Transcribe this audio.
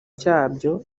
cyabyo